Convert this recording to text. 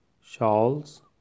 shawls